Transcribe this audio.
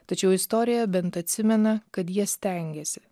tačiau istorija bent atsimena kad jie stengėsi